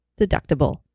deductible